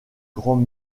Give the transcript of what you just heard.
grands